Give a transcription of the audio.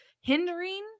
hindering